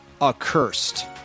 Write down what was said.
Accursed